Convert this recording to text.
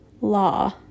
law